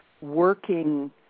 working